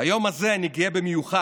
ביום הזה אני גאה במיוחד